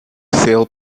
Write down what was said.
sail